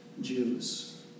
Jews